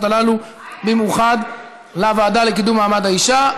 האלה במאוחד לוועדה לקידום מעמד האישה,